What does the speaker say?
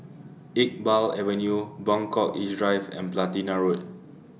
Iqbal Avenue Buangkok East Drive and Platina Road